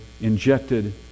injected